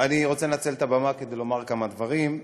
אני רוצה לנצל את הבמה כדי לומר כמה דברים.